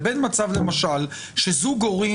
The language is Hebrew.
לבין מצב שלמשל זוג הורים,